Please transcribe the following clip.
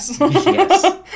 Yes